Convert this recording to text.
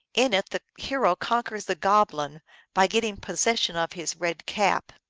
in it the hero conquers the goblin by getting possession of his red cap.